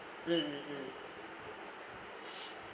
mm mm mm